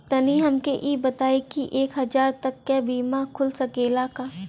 तनि हमके इ बताईं की एक हजार तक क बीमा खुल सकेला का?